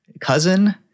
cousin